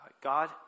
God